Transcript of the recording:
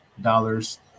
dollars